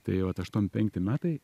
tai vat aštuom penkti metai